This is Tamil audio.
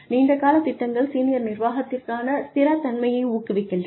நீண்ட கால திட்டங்கள் சீனியர் நிர்வாகத்திற்கான ஸ்திரத்தன்மையை ஊக்குவிக்கின்றன